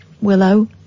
Willow